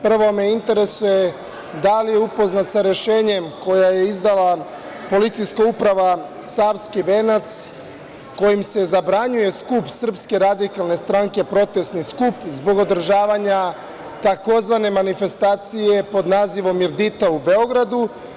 Prvo me interesuje da li je upoznat sa rešenjem koje je izdala policijska uprava Savski venac, kojim se zabranjuje skup Srpske radikalne stranke, protestni skup zbog održavanja tzv. manifestacije pod nazivom „Mirdita“ u Beogradu?